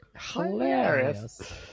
Hilarious